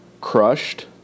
crushed